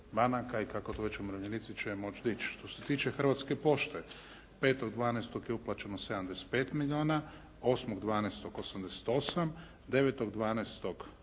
banaka i kako to već umirovljenici će moći dići. Što se tiče Hrvatske pošte 5.12. je uplaćeno 75 milijuna, 8.12. 88, 9.12.